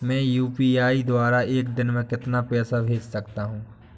मैं यू.पी.आई द्वारा एक दिन में कितना पैसा भेज सकता हूँ?